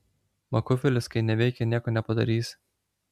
makufelis kai neveikia nieko nepadarysi